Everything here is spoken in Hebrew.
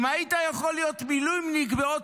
אם היית יכול להיות מילואימניק בעוד